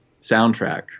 soundtrack